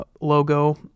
logo